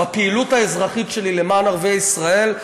בפעילות האזרחית שלי למען ערביי ישראל,